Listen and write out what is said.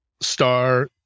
star